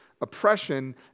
oppression